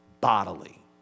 bodily